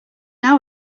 now